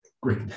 Great